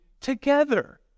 together